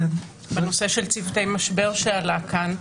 בנושא של צוותי משבר שעלה כאן,